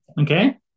Okay